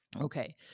Okay